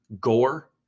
gore